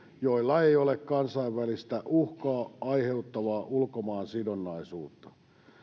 joilla ei ole kansainvälistä uhkaa aiheuttavaa ulkomaansidonnaisuutta